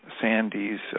sandy's